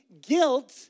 guilt